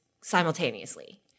simultaneously